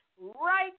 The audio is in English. right